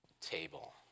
table